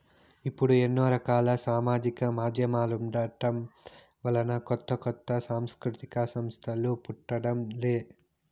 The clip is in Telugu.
ఇప్పుడు ఎన్నో రకాల సామాజిక మాధ్యమాలుండటం వలన కొత్త కొత్త సాంస్కృతిక సంస్థలు పుట్టడం లే